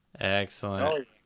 Excellent